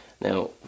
now